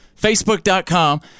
Facebook.com